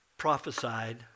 prophesied